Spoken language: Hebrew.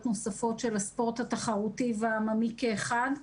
נוספות של הספורט התחרותי והעממי כאחד,